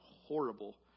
horrible